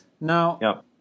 Now